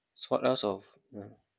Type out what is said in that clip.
so what else of mm